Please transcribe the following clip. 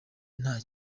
ntayo